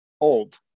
old